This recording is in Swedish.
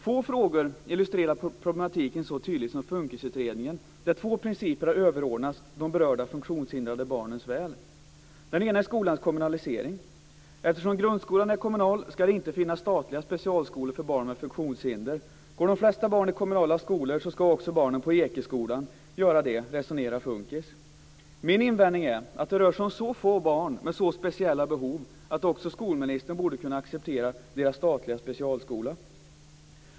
Få frågor illustrerar problematiken så tydligt som FUNKIS-utredningen där två principer har överordnats de berörda funktionshindrade barnens väl. Den ena är skolans kommunalisering. Eftersom grundskolan är kommunal skall det inte finnas statliga specialskolor för barn med funktionshinder. Går de flesta barn i kommunala skolor skall också barnen på Ekeskolan göra det, resonerar FUNKIS. Min invändning är att det rör sig om så få barn med så speciella behov att också skolministern borde kunna acceptera deras statliga specialskola.